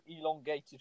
elongated